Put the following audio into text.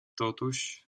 totuși